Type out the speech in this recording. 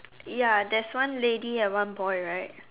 ya there is one lady and one boy right